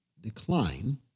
decline